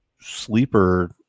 sleeper